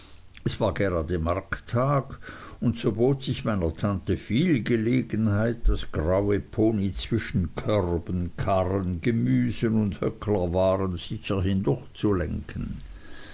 es war gerade markttag und so bot sich meiner tante viel gelegenheit das graue pony zwischen körben karren gemüsen und höcklerwaren sicher hindurchzulenken